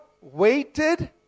waited